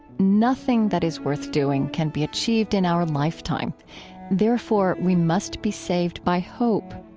nothing that is worth doing can be achieved in our lifetime therefore, we must be saved by hope.